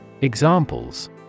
Examples